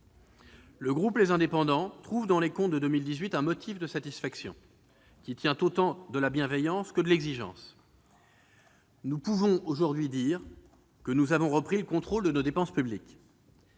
Le groupe Les Indépendants trouve dans les comptes de 2018 un motif de satisfaction, qui tient autant de la bienveillance que de l'exigence : nous pouvons aujourd'hui dire que nous avons repris le contrôle de nos dépenses publiques.